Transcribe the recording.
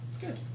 Good